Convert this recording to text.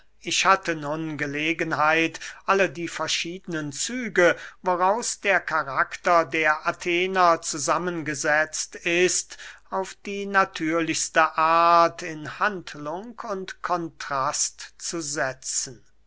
ich hatte nun gelegenheit alle die verschiedenen züge woraus der karakter der athener zusammengesetzt ist auf die natürlichste art in handlung und kontrast zu setzen